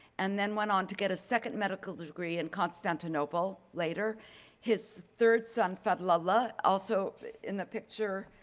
and then went on to get a second medical degree in constantinople. later his third son, felala, also in the picture